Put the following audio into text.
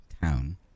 town